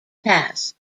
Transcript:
pass